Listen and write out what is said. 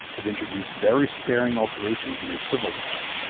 have introduced very sparing alterations in their civil laws,